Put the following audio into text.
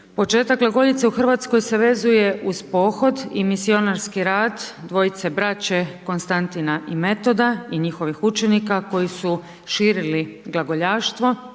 Početak glagoljice u Hrvatskoj se vezuje uz pohod i misionarski rad dvojice braće Konstantina i Metoda i njihovih učenika koji su širili glagoljaštvo